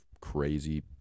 crazy